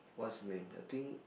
what's name I think